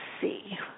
see